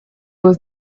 was